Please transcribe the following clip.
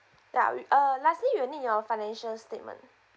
ya we~ uh lastly we'll need your financial statement